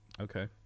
Okay